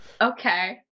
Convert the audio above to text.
Okay